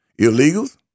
Illegals